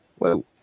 Whoa